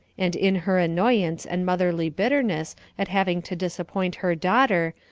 and in her annoyance and motherly bitterness at having to disappoint her daughter,